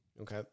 Okay